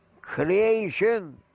creation